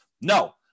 no